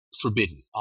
forbidden